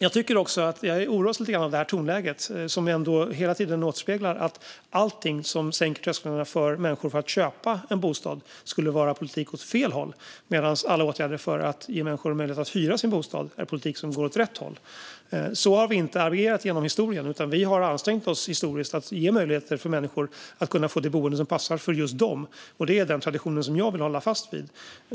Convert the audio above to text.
Jag oroas lite av tonläget, som hela tiden återspeglar att allt som sänker trösklarna för människor att köpa en bostad är politik som går åt fel håll medan alla åtgärder som ger människor möjlighet att hyra sin bostad är politik som går åt rätt håll. Så har vi inte agerat genom historien. Historiskt har vi ansträngt oss för att ge människor möjlighet att få det boende som passar just dem. Den traditionen vill jag hålla fast vid.